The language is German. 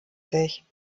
sich